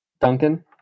Duncan